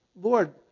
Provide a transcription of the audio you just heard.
Lord